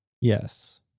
yes